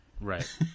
right